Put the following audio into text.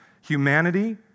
Humanity